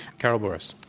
carol burris.